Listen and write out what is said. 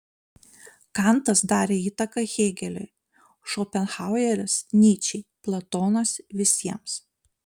kantas darė įtaką hėgeliui šopenhaueris nyčei platonas visiems